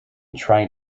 trying